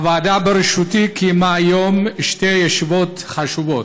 הוועדה בראשותי קיימה היום שתי ישיבות חשובות,